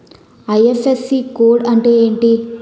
IFSC code అంటే ఏంటి?